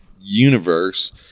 universe